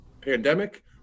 pandemic